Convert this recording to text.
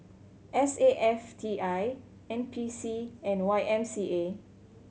S A F T I N P C and Y M C A